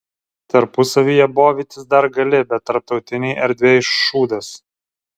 tarpusavyje bovytis dar gali bet tarptautinėj erdvėj šūdas